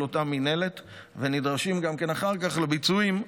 אותה מינהלת ונדרשים גם כן אחר כך לביצועים